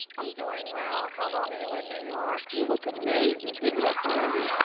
i'm doing well. how long are you in new york? you look amazing, give it up for wendy.